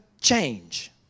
change